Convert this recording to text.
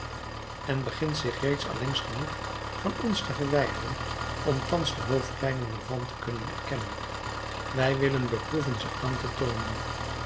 en begint zich reeds allengs genoeg van ons te verwijderen om thans de hoofdlijnen ervan te kunnen erkennen wij willen beproeven ze aan te toonen